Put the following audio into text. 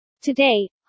Today